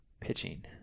pitching